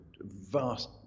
vast